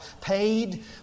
paid